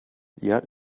yet